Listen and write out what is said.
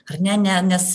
ar ne ne nes